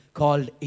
called